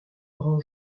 grand